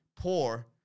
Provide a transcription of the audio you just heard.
poor